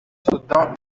soudan